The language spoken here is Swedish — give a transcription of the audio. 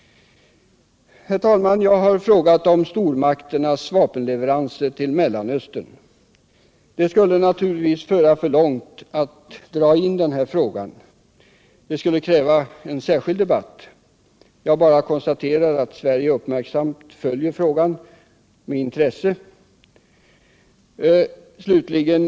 Herr talman! Jag har frågat om stormakternas vapenleveranser till Mellanöstern. Det skulle föra för långt att dra in den frågan här. Den skulle kräva en särskild debatt. Jag bara konstaterar att Sverige uppmärksamt och med intresse följer frågan.